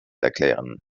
erklären